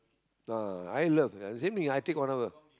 ah I love same thing I take whatever